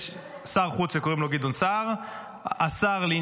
יש שר חוץ שקוראים לו גדעון סער,